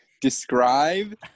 describe